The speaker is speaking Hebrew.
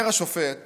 אומר השופט